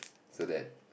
so that